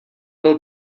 byl